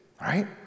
right